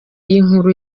y’inkuru